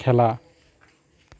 খেলা